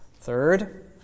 Third